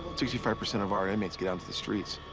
sixty five percent of our inmates get on to the streets.